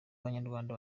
banyarwanda